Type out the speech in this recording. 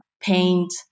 paint